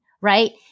right